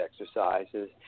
exercises